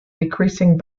decreasing